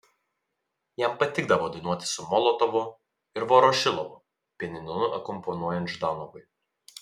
jam patikdavo dainuoti su molotovu ir vorošilovu pianinu akompanuojant ždanovui